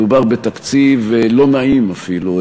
מדובר בתקציב לא נעים אפילו.